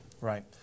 Right